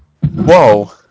Whoa